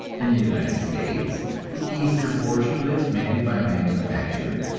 in the united states the eastern portion lives mainly by manufacture,